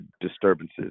disturbances